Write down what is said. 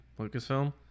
Lucasfilm